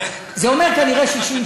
זה אומר כנראה 60,